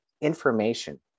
information